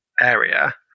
area